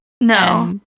no